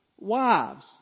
Wives